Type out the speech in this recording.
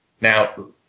Now